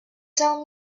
tell